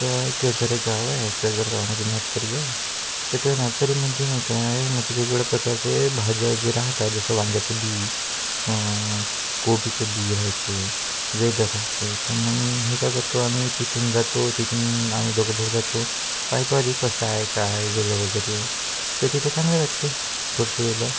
तेव्हा केळझर एक गाव आहे ळडझर गावामध्ये नर्सरी आहे तर त्या नर्सरीमध्ये नाही काय म्हणजे वेगवेगळ्या प्रकारचे भाज्या जे राहतात जसं वांग्याचं बी कोबीचं बी राहते वेल राहते तर मग हे काय करतो आम्ही तिथून जातो तिथून आम्ही दोघं भाऊ जातो पाहतो आधी कसं आहे काय आहे वेल वगैरे तर तिथं चांगले वाटते थोडेसे वेल